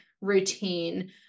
routine